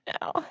now